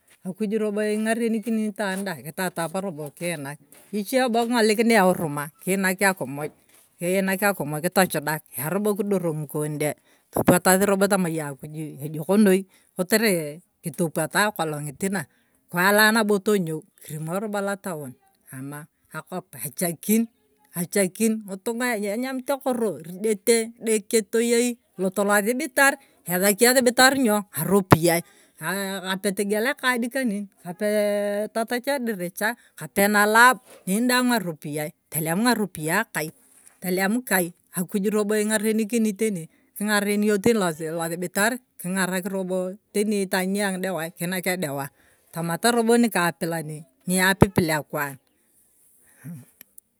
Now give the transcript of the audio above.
Akuj robo ing'arenikini itaan dai kitatap robo kiinak. ichie bo king'olikinia euruma kiinaka akumuj. kiinak akumuj kitochudak yarobo kidorok ng'ikonde topwatasi robo tamoyong akuju ejok noi kotere kitopwata akolongit na kiwa nabo tonyou kirimo robo lotaon ama okop echakin ng'itunga e enyamit akoro iredete. edeke toyei tolot losibitar esaki esibitar ny'o ng'aropiyie aa kapetong'iel akad kanen. kapee tatach ediricha. kapee tatach ediricha. kapee nalab nen daang ng'aropiyie telem ng'aropiyie kai. telem kai akuj robo ing'arenikini teni king'arenio teni lo losibitar king'arak robo teni itaan niang'itewai kiinak edewa tama robo nikapilani naipipil akwan mmm.